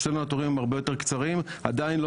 אצלנו התורים הם הרבה יותר קצרים ועדיין לא